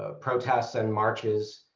ah protests and marches,